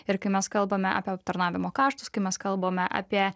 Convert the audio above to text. ir kai mes kalbame apie aptarnavimo kaštus kai mes kalbame apie